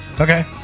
Okay